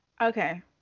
Okay